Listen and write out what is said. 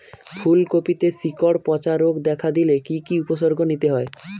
ফুলকপিতে শিকড় পচা রোগ দেখা দিলে কি কি উপসর্গ নিতে হয়?